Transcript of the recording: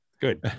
Good